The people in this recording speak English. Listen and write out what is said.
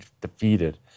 defeated